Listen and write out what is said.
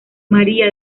maría